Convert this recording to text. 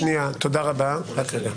רק רגע.